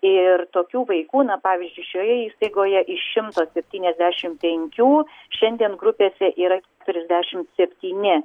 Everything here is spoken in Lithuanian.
ir tokių vaikų na pavyzdžiui šioje įstaigoje iš šimto septyniasdešimt penkių šiandien grupėse yra trisdešimt septyni